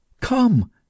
come